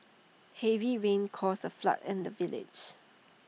heavy rains caused A flood in the village